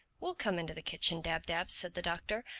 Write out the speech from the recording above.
we'll come into the kitchen, dab-dab, said the doctor.